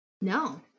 No